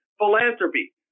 philanthropy